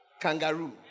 Kangaroo